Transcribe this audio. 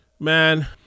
Man